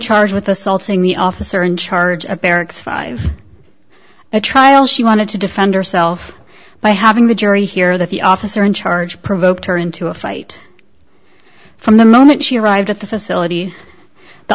charged with assaulting the officer in charge of barracks five a trial she wanted to defend herself by having the jury hear that the officer in charge provoked turn into a fight from the moment she arrived at the facility the